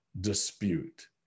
dispute